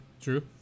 True